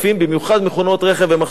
במיוחד מכונאות רכב ומחשבים,